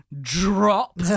drop